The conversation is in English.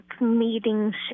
meetings